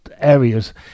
areas